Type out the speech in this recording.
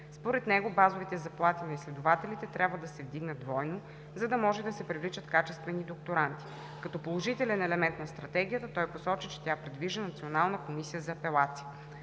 Според него базовите заплати на изследователите трябва да се вдигнат двойно, за да може да се привличат качествени докторанти. Като положителен елемент на Стратегията той посочи, че тя предвижда Национална комисия за апелация.